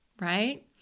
right